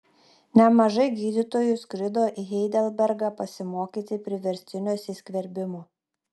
nemažai gydytojų skrido į heidelbergą pasimokyti priverstinio įsiskverbimo